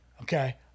okay